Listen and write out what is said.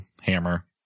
hammer